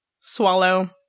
swallow